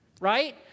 right